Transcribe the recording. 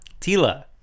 Tila